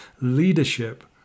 leadership